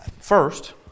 first